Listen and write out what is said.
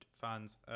fans